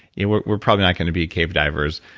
yeah we're we're probably not going to be cave divers,